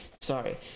Sorry